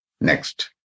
Next